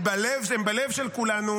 הם בלב של כולנו,